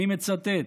אני מצטט: